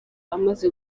amaze